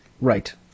Right